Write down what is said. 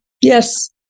Yes